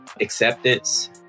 acceptance